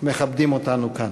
מכבדים אותנו כאן.